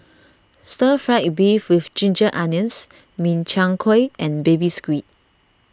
Stir Fried Beef with Ginger Onions Min Chiang Kueh and Baby Squid